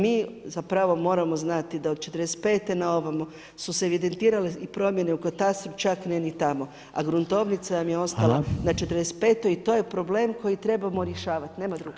Mi moramo znati da od '45. na ovamo su se evidentirale promjene u katastru čak ne ni tamo, a gruntovnica vam je ostala na '45. i to je problem koji trebamo rješavati, nema druge.